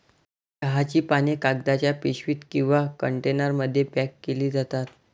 चहाची पाने कागदाच्या पिशवीत किंवा कंटेनरमध्ये पॅक केली जातात